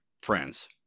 friends